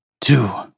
two